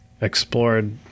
explored